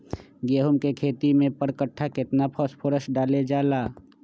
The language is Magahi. गेंहू के खेती में पर कट्ठा केतना फास्फोरस डाले जाला?